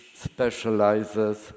specializes